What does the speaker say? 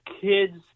kids